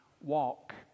walk